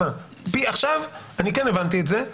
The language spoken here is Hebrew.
עכשיו אני כן הבנתי את זה,